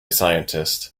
scientist